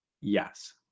Yes